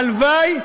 הלוואי,